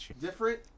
Different